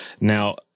Now